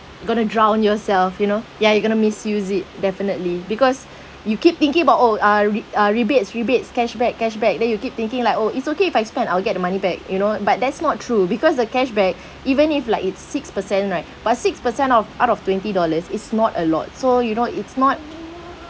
going to drown yourself you know ya you're going to misuse it definitely because you keep thinking about oh uh re~ uh rebates rebates cashback cashback then you keep thinking like oh it's okay if I spend I'll get the money back you know but that's not true because the cashback even if like it's six-per cent right but six-per cent of out of twenty dollars is not a lot so you know it's not